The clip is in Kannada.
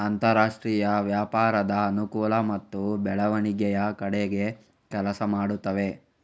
ಅಂತರಾಷ್ಟ್ರೀಯ ವ್ಯಾಪಾರದ ಅನುಕೂಲ ಮತ್ತು ಬೆಳವಣಿಗೆಯ ಕಡೆಗೆ ಕೆಲಸ ಮಾಡುತ್ತವೆ